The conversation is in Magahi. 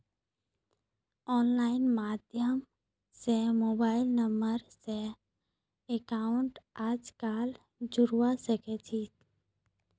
आनलाइन माध्यम स मोबाइल नम्बर स अकाउंटक आजकल जोडवा सके छी